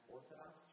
Orthodox